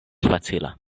facila